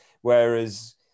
Whereas